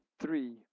Three